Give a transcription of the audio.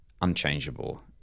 unchangeable